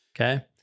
Okay